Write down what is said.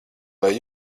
lai